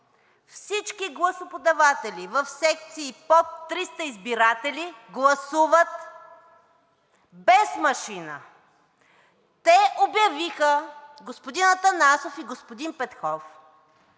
всички гласоподаватели в секции под 300 избиратели гласуват без машина. Те обявиха – господин Атанасов и господин Петков,